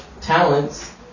talents